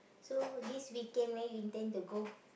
so this weekend where you intend to go